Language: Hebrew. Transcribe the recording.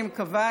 אני מקווה,